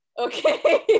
okay